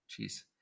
Jeez